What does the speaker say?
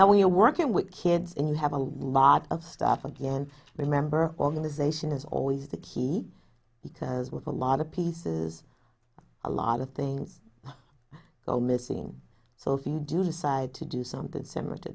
we're working with kids and you have a lot of stuff again remember organization is always the key because with a lot of pieces a lot of things go missing so if you do decide to do something similar to